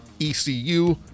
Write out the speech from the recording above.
ECU